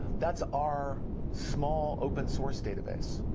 that's our small open source database